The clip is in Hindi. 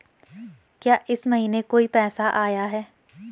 क्या इस महीने कोई पैसा आया है?